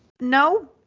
No